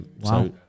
wow